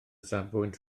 safbwynt